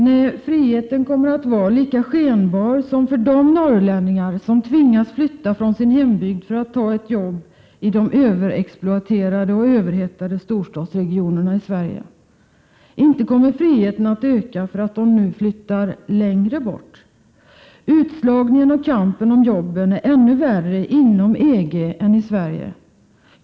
Nej, friheten kommer att vara lika skenbar som för de norrlänningar som tvingats flytta från sin hembygd för att ta ett jobb i de överexploaterade och överhettade storstadsregionerna i Sverige. Inte kommer väl friheten att öka för att de flyttar längre bort? Utslagningen och kampen om jobben är ännu värre inom EG än i Sverige.